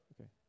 Okay